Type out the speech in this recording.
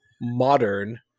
modern